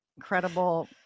Incredible